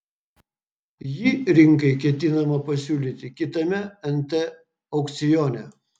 jį rinkai ketinama pasiūlyti kitame nt aukcione